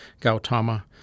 Gautama